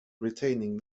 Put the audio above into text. retaining